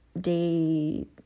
day